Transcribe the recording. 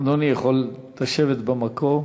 אדוני יכול לשבת במקום.